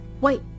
Wait